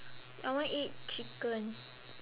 I want eat chicken